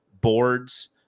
boards